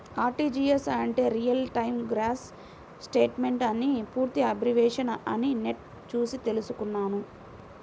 RTGS అంటే real time gross settlement అని పూర్తి అబ్రివేషన్ అని నెట్ చూసి తెల్సుకున్నాను